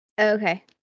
Okay